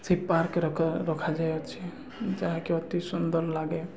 ସେ ପାର୍କରେ କ ରଖାଯାଇଅଛି ଯାହାକି ଅତି ସୁନ୍ଦର ଲାଗେ